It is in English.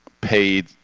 paid